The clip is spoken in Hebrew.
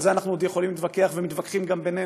על זה אנחנו עוד יכולים להתווכח ומתווכחים גם בינינו,